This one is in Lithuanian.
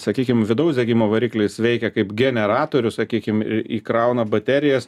sakykim vidaus degimo variklis veikia kaip generatorius sakykim įkrauna baterijas